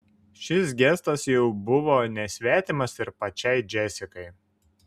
šis gestas jau buvo nesvetimas ir pačiai džesikai